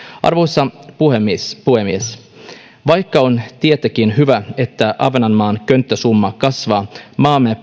arvoisa puhemies puhemies vaikka on tietenkin hyvä että ahvenanmaan könttäsumma kasvaa maamme